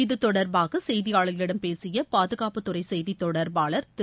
இத்தொடர்பாக செய்தியாளர்களிடம் பேசிய பாதுனப்பு துறை செய்தி தொடர்பாளர் திரு